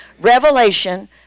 Revelation